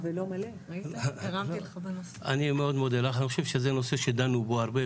אני חושב שזה נושא שדנו בו הרבה.